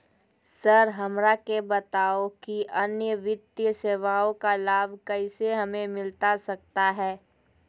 Sir हमरा के बताओ कि अन्य वित्तीय सेवाओं का लाभ कैसे हमें मिलता सकता है?